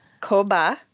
Koba